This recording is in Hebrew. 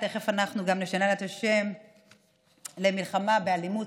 תכף אנחנו נשנה לה גם את השם למלחמה באלימות,